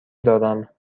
دارم